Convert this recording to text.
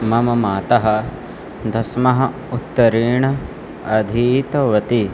मम माता दशमः उत्तरेण अधीतवती